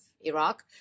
Iraq